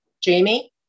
Jamie